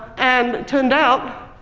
and turned out,